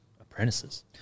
apprentices